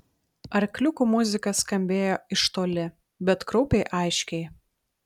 arkliukų muzika skambėjo iš toli bet kraupiai aiškiai